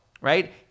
right